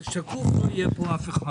שקוף לא יהיה פה אף אחד.